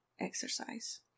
exercise